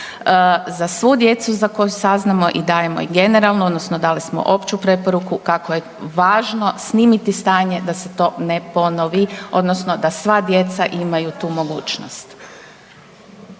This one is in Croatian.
Za svu djecu za koju saznamo i dajemo i generalno odnosno dali smo opću preporuku kako je važno snimiti stanje da se to ne ponovi odnosno da sva djeca imaju tu mogućnosti.